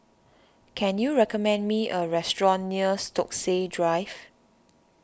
can you recommend me a restaurant near Stokesay Drive